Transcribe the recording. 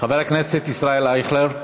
חבר הכנסת ישראל אייכלר,